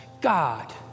God